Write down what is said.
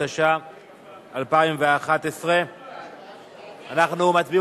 התשע"ב 2011. אנחנו מצביעים.